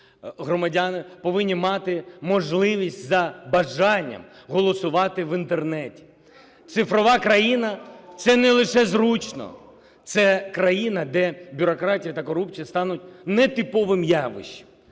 громадяни повинні мати можливість за бажанням голосувати в Інтернеті. Цифрова країна – це не лише зручно, це країна, де бюрократія та корупція стануть нетиповим явищем,